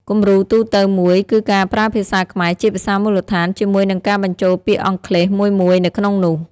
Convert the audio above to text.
គំរូទូទៅមួយគឺការប្រើភាសាខ្មែរជាភាសាមូលដ្ឋានជាមួយនឹងការបញ្ចូលពាក្យអង់គ្លេសមួយៗនៅក្នុងនោះ។